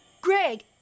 Greg